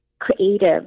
creative